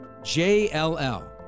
JLL